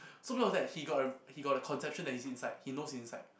so when it was like he got a he got a conception that he's inside he knows inside